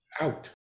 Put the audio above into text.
out